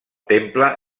temple